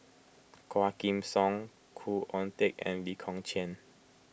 Quah Kim Song Khoo Oon Teik and Lee Kong Chian